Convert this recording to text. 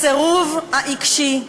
הסירוב העקבי,